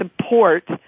support